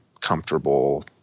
comfortable